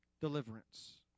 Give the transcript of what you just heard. deliverance